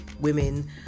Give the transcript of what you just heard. women